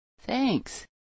Thanks